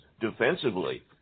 defensively